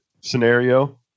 scenario